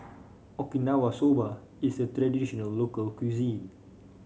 Okinawa Soba is a traditional local cuisine